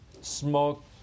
smoke